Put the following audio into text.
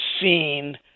seen